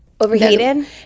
Overheated